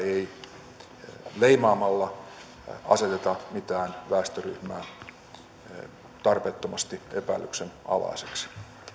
ei leimaamalla aseteta mitään väestöryhmää tarpeettomasti epäilyksenalaiseksi